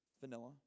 vanilla